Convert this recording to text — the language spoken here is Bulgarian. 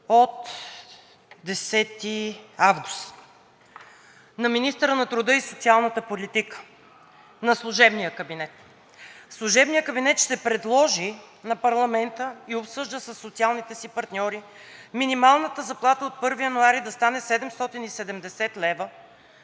от 10 август на министъра на труда и социалната политика на служебния кабинет: „Служебният кабинет ще предложи на парламента и обсъжда със социалните си партньори минималната заплата от 1 януари да стане 770 лв.“,